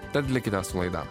tad likite su laida